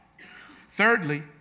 Thirdly